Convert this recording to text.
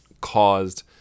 caused